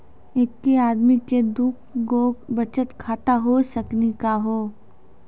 एके आदमी के दू गो बचत खाता हो सकनी का हो?